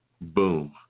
Boom